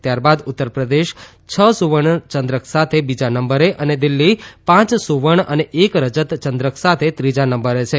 ત્યારબાદ ઉત્તરપ્રદેશ છ સુવર્ણ ચંદ્રક સાથે બીજા નંબરે અને દિલ્હી પાંચ સુવર્ણ અને એક રજત ચંદ્રક સાથે ત્રીજા નંબરે છે